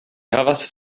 havas